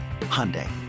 Hyundai